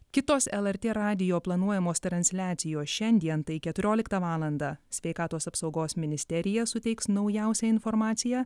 kitos lrt radijo planuojamos transliacijos šiandien tai keturioliktą valandą sveikatos apsaugos ministerija suteiks naujausią informaciją